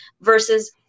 versus